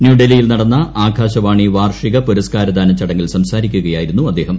ന്യൂഡൽഹിയിൽ നടന്ന ആകാശ്പ്പാണി വാർഷിക പുരസ്കാരദാന ചടങ്ങിൽ സംസാരിക്കുകയായ്ക്കിരുന്നു് അദ്ദേഹം